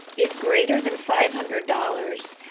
is greater than five hundred dollars,